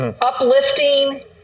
uplifting